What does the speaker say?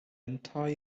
entire